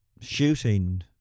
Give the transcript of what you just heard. shooting